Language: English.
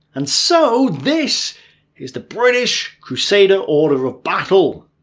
and so, this is the british crusader order of battle.